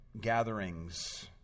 gatherings